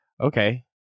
okay